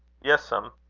yes m.